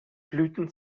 blüten